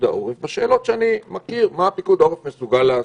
העורף על מה אני יודע שפיקוד העורף מסוגל לעשות.